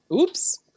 Oops